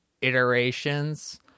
iterations